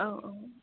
औ औ